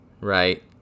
Right